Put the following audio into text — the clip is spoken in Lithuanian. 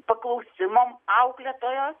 paklausimo auklėtojos